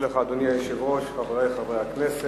אדוני היושב-ראש, אני מודה לך, חברי חברי הכנסת,